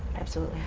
absolutely.